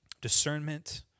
discernment